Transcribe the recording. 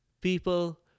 People